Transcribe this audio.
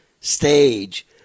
stage